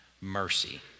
mercy